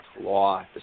law